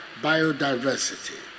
biodiversity